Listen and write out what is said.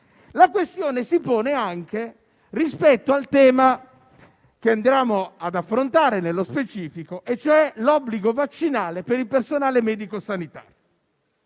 La questione si pone anche rispetto al tema che andiamo ad affrontare nello specifico, cioè l'obbligo vaccinale per il personale medico-sanitario.